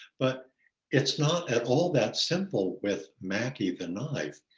but it's not at all that simple with mackie the knife.